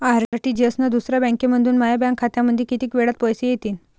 RTGS न दुसऱ्या बँकेमंधून माया बँक खात्यामंधी कितीक वेळातं पैसे येतीनं?